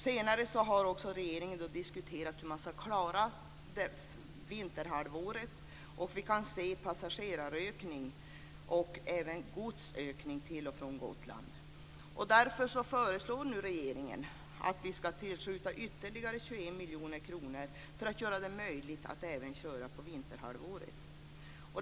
Senare har också regeringen diskuterat hur man ska klara vinterhalvåret. Vi kan se en passagerarökning och även godsökning till och från Gotland. Därför föreslår nu regeringen att vi ska tillskjuta ytterligare 21 miljoner kronor för att göra det möjligt att även köra på vinterhalvåret.